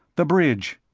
the bridge.